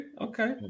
Okay